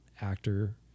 actor